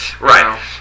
right